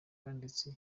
ndetse